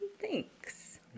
thanks